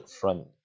front